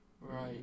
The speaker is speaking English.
right